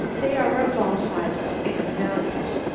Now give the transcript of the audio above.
they are of all sizes and values.